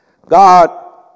God